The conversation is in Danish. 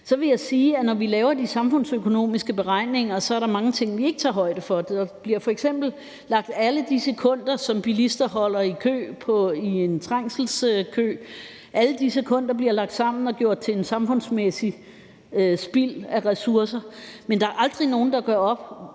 Så vil jeg sige, at når vi laver de samfundsøkonomiske beregninger, er der mange ting, vi ikke tager højde for. F.eks. bliver alle de sekunder, som bilister holder i kø i i en trængselskø, lagt sammen og gjort til et samfundsmæssigt spild af ressourcer, men der er aldrig nogen, der